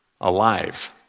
alive